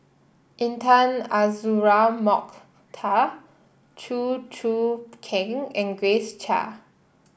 Intan Azura Mokhtar Chew Choo Keng and Grace Chia